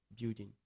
building